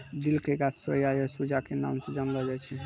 दिल के गाछ सोया या सूजा के नाम स जानलो जाय छै